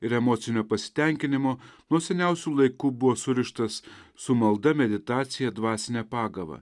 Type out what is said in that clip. ir emocinio pasitenkinimo nuo seniausių laikų buvo surištas su malda meditacija dvasine pagava